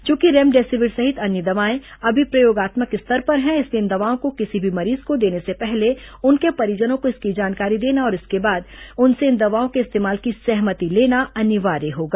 च्रंकि remdesivir सहित अन्य दवाएं अभी प्रयोगात्मक स्तर पर हैं इसलिए इन दवाओं को किसी भी मरीज को देने से पहले उनके परिजनों को इसकी जानकारी देना और इसके बाद उनसे इन दवाओं के इस्तेमाल की सहमति लेना अनिवार्य होगा